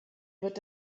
wird